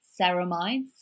ceramides